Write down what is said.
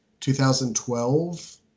2012